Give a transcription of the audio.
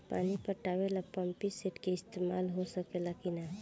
पानी पटावे ल पामपी सेट के ईसतमाल हो सकेला कि ना?